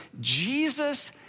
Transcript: Jesus